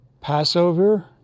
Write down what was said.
Passover